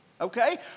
Okay